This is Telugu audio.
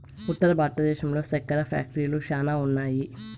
ఉత్తర భారతంలో సెక్కెర ఫ్యాక్టరీలు శ్యానా ఉన్నాయి